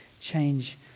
Change